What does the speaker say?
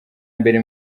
mbere